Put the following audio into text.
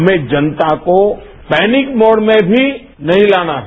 हमें जनता को पैनिक मोड में भी नहीं लाना है